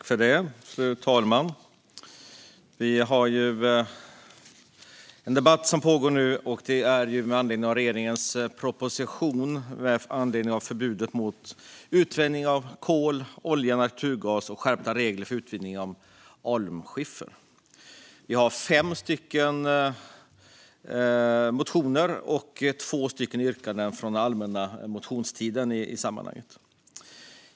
Fru talman! Den debatt som pågår nu är föranledd av regeringens proposition om förbud mot utvinning av kol, olja och naturgas samt skärpta regler när det gäller utvinning av alunskiffer. Fem motioner har väckts med anledning av propositionen, och det finns två yrkanden i en motion från allmänna motionstiden i sammanhanget.